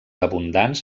abundants